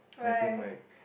I think like